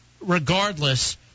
regardless